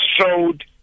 showed